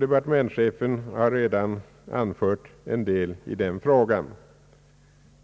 Departementschefen har redan anfört en del i denna fråga.